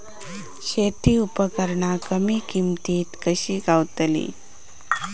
शेती उपकरणा कमी किमतीत कशी गावतली?